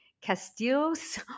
Castillo's